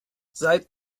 seit